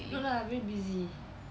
cannot lah very busy